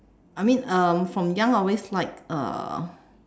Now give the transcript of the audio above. I mean um from young I always like uh